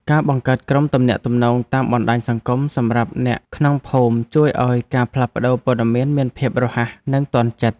ការបង្កើតក្រុមទំនាក់ទំនងតាមបណ្តាញសង្គមសម្រាប់អ្នកក្នុងភូមិជួយឱ្យការផ្លាស់ប្តូរព័ត៌មានមានភាពរហ័សនិងទាន់ចិត្ត។